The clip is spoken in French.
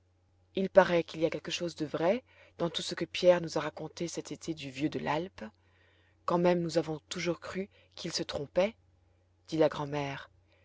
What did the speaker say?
il paraît qu'il y a quelque chose de vrai dans tout ce que pierre nous a raconté cet été du vieux de l'alpe quand même nous avons toujours cru qu'il se trompait dit la grand'mère